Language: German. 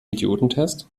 idiotentest